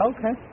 Okay